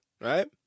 right